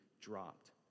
dropped